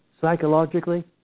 psychologically